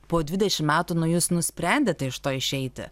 po dvidešim metų nuo jūs nusprendėte iš to išeiti